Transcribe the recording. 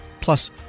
Plus